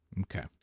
Okay